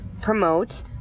promote